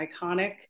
iconic